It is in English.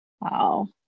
Wow